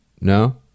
No